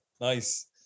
Nice